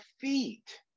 feet